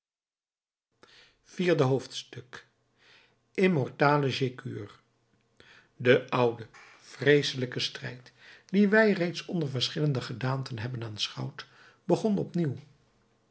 vierde hoofdstuk immortale jecur de oude vreeselijke strijd dien wij reeds onder verschillende gedaanten hebben aanschouwd begon opnieuw